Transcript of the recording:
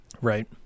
Right